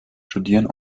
studieren